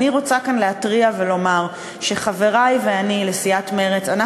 אני רוצה כאן להתריע ולומר שחברי לסיעת מרצ ואני,